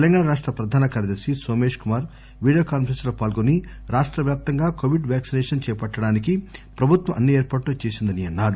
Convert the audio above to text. తెలంగాణ రాష్ట ప్రధాన కార్యదర్శి నోమేశ్ కుమార్ వీడియో కాన్పరెస్స్ లో పాల్గొని రాష్టవ్యాప్తంగా కొవిడ్ వ్యాక్సిసేషన్ చేపట్టడానికి ప్రభుత్వం అన్ని ఏర్పాట్లు చేసిందన్నారు